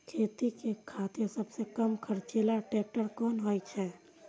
खेती के खातिर सबसे कम खर्चीला ट्रेक्टर कोन होई छै?